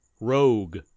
Rogue